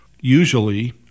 usually